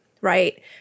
right